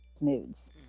moods